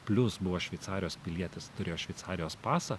plius buvo šveicarijos pilietis turėjo šveicarijos pasą